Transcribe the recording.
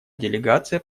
делегация